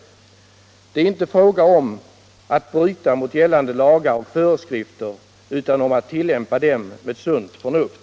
Det är inte fråga om att bryta mot gällande lagar och föreskrifter utan om att tillämpa dem med sunt förnuft!